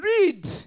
Read